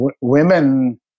women